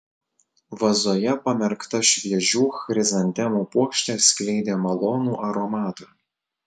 vazoje pamerkta šviežių chrizantemų puokštė skleidė malonų aromatą